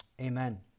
Amen